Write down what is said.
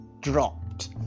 dropped